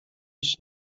iść